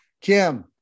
Kim